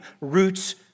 roots